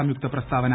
സംയുക്ത പ്രസ്താവന